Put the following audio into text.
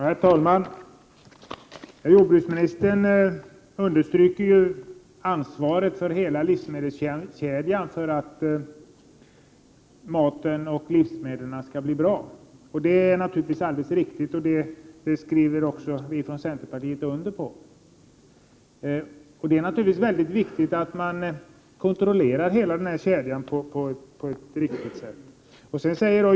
Herr talman! Jordbruksministern understryker att man måste känna ett ansvar för hela livsmedelskedjan för att livsmedlen skall kunna bli bra. Det är alldeles riktigt, och det håller vi i centerpartiet med om. Det är naturligtvis mycket viktigt att hela denna kedja kontrolleras på ett riktigt sätt.